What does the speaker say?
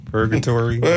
Purgatory